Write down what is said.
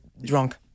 drunk